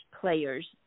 players